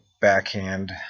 backhand